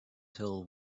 till